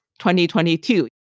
2022